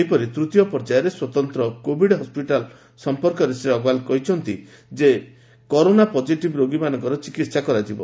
ସେହିପରି ତୃତୀୟ ପର୍ଯ୍ୟାୟରେ ସ୍ୱତନ୍ତ୍ର କୋଭିଡ୍ ହସ୍କିଟାଲ ସଂପର୍କରେ ଶ୍ରୀ ଅଗ୍ରୱାଲ କହିଛନ୍ତି ଏଥିରେ କରୋନା ପକିଟିଭ୍ ରୋଗୀମାନଙ୍କର ଚିକିତ୍ସା କରାଯିବ